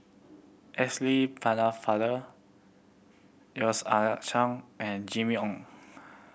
Pennefather Yeo Ah Seng and Jimmy Ong